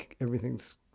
everything's